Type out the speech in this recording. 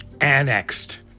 Annexed